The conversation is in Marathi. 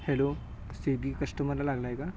हॅलो स्विगी कस्टमरला लागला आहे का